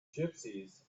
gypsies